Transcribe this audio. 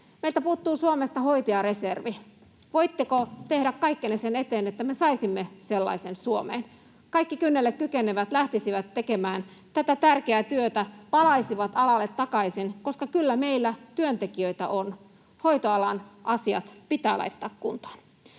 Meiltä puuttuu Suomesta hoitajareservi. Voitteko tehdä kaikkenne sen eteen, että me saisimme sellaisen Suomeen? Kaikki kynnelle kykenevät lähtisivät tekemään tätä tärkeää työtä, palaisivat alalle takaisin, koska kyllä meillä työntekijöitä on. Hoitoalan asiat pitää laittaa kuntoon.